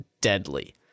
deadly